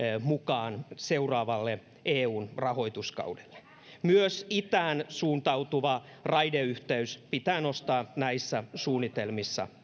mukaan seuraavalle eun rahoituskaudelle myös itään suuntautuva raideyhteys pitää nostaa näissä suunnitelmissa